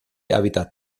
hábitat